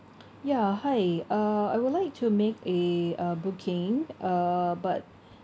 ya hi uh I would like to make a a booking uh but